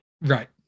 Right